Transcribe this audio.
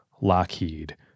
Lockheed